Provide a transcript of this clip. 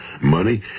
Money